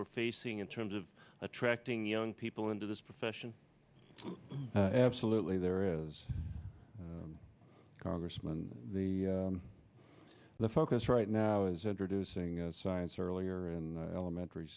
we're facing in terms of attracting young people into this profession absolutely there is congressman the the focus right now is introducing science earlier and elementary